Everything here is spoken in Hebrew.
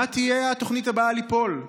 מה תהיה התוכנית הבאה שתיפול?